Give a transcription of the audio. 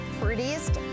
prettiest